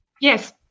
Yes